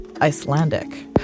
Icelandic